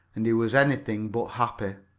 and he was anything but happy.